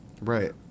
Right